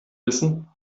wissen